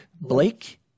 Blake